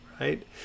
right